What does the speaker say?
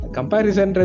Comparison